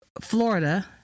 florida